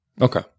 Okay